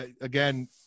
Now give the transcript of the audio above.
again